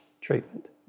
treatment